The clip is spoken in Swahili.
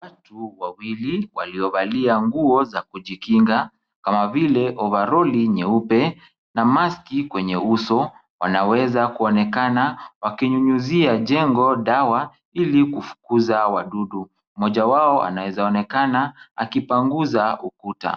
Watu wawili waliovalia nguo za kujikinga kama vile ovaroli nyeupe na maski kwenye uso, wanaweza kuonekana wakinyunyuzia jengo dawa ili kufukuza wadudu. Mmoja wao anaezaonekana akipanguza ukuta.